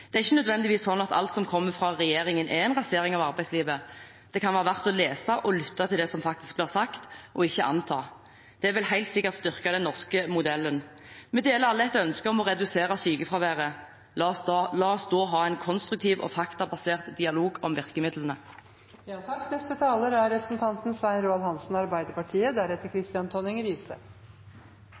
Det er ikke nødvendigvis slik at alt som kommer fra regjeringen, er en rasering av arbeidslivet. Det kan være verdt å lese og lytte til det som faktisk blir sagt, og ikke anta. Det vil helt sikkert styrke den norske modellen. Vi deler alle et ønske om å redusere sykefraværet. La oss da ha en konstruktiv og faktabasert dialog om